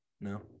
No